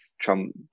Trump